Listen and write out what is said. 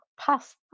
past